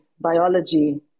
biology